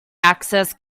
access